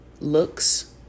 looks